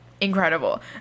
Incredible